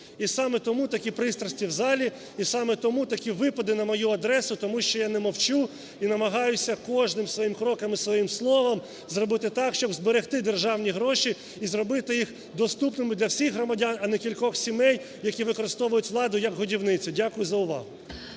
І саме тому такі пристрасті в залі, і саме тому такі випади на мою адресу, тому що я не мовчу і намагаюся кожним своїм кроком і своїм словом зробити так, щоб зберегти державні гроші і зробити їх доступними для всіх громадян, а не кількох сімей, які використовують владу як годівницю. Дякую за увагу.